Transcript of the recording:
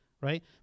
right